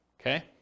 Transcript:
Okay